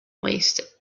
wasted